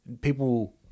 people